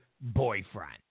boyfriend